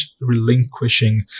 relinquishing